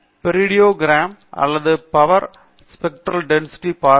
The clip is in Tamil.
பெரியோடோக்ராம் அல்லது பவர் ஸ்பெக்ட்ரல் டென்சிட்டி பார்த்து